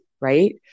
right